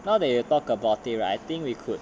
now that you talk about it right I think we could